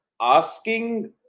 asking